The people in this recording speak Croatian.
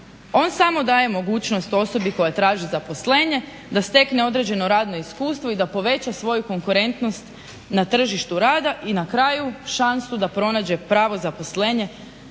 On samo daje mogućnost osobi koja traži zaposlenje da stekne određeno radno iskustvo i da poveća svoju konkurentnost na tržištu rada i na kraju šansu da pronađe pravo zaposlenje.